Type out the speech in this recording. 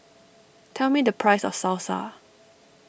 tell me the price of Salsa